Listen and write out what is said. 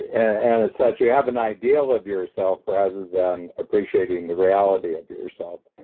and as such, you have an ideal of yourself rather than appreciating the reality of yourself,